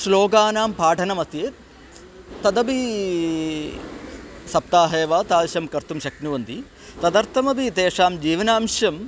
श्लोकानां पाठनमस्ति तदपि सप्ताहे वा तादृशं कर्तुं शक्नुवन्ति तदर्थमपि तेषां जीवनांशं